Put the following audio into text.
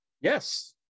Yes